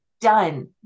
done